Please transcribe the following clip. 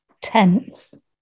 tense